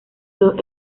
los